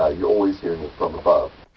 ah you're always hearing from above.